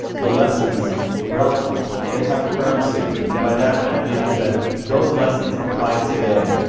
the lessons relevant. they have currency, and by that, what i mean is that those lessons apply today.